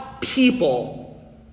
people